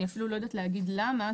אני אפילו לא יודעת להגיד למה.